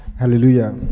Hallelujah